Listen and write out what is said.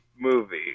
movie